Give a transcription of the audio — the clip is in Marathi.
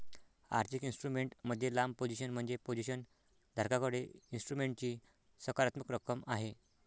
आर्थिक इन्स्ट्रुमेंट मध्ये लांब पोझिशन म्हणजे पोझिशन धारकाकडे इन्स्ट्रुमेंटची सकारात्मक रक्कम आहे